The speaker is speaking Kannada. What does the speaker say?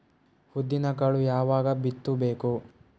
ಉದ್ದಿನಕಾಳು ಯಾವಾಗ ಬಿತ್ತು ಬೇಕು?